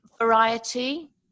Variety